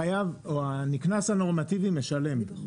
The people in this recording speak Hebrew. הנקנס הנורמטיבי משלם.